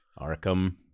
Arkham